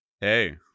Hey